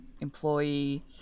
employee